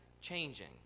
changing